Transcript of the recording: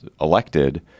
elected